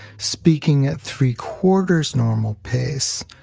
speaking at three-quarters normal pace,